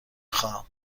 خواهم